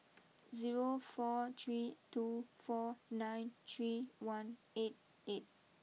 zero four three two four nine three one eight eight